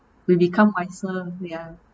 we become wiser ya